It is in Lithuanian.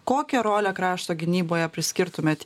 kokią rolę krašto gynyboje priskirtumėt